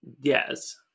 yes